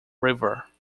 river